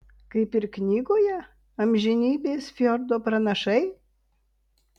kaip ir knygoje amžinybės fjordo pranašai